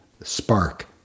spark